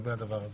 לגבי הדבר הזה.